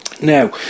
Now